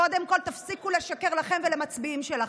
קודם כול תפסיקו לשקר לעצמכם ולמצביעים שלכם,